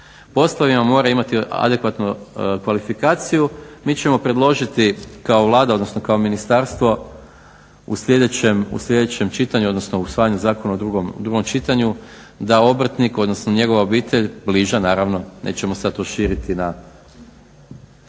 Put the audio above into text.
poslovima mora imati adekvatnu kvalifikaciju. Mi ćemo predložiti kao Vlada odnosno kao ministarstvo u sljedećem čitanju odnosno usvajanju zakona u drugom čitanju da obrtnik odnosno njegova bliža obitelj nećemo sada tu širiti na